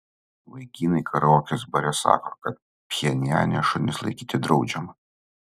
vaikinai karaokės bare sako kad pchenjane šunis laikyti draudžiama